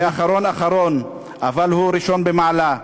ואחרון אחרון, אבל הוא ראשון במעלה,